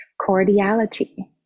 cordiality